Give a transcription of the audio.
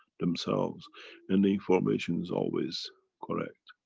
themselves and the information is always correct.